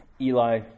Eli